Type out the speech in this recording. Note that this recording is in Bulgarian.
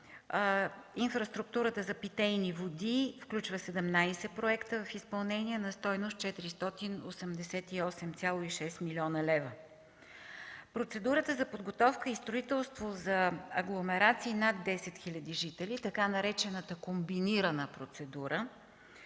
Инфраструктурата за питейни води включва 17 проекта в изпълнение, на стойност 488,6 млн. лв. Процедурата за подготовка и строителство за агломерации над 10 хил. жители, така наречената „комбинирана процедура”,